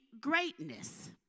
greatness